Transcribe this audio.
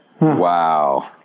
wow